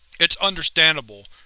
it's understandable,